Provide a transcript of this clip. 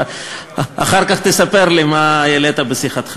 אחר כך תספר לי מה העלית בשיחתך.